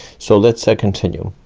so let's ah continue.